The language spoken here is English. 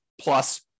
plus